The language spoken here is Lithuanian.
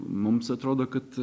mums atrodo kad